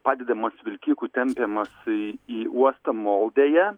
padedamas vilkikų tempiamas į į uostą moldėje